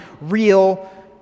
real